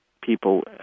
people